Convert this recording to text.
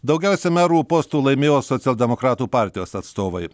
daugiausia merų postų laimėjo socialdemokratų partijos atstovai